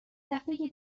دفعه